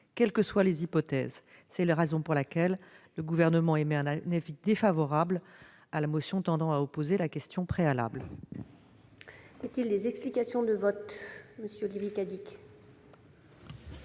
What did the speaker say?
quelles que soient les hypothèses. C'est la raison pour laquelle le Gouvernement émet un avis défavorable à la motion tendant à opposer la question préalable.